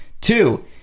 Two